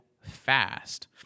fast